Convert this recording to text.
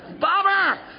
Bobber